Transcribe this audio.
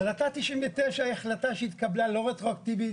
החלטת 99' היא החלטה שהתקבלה לא רטרואקטיבית,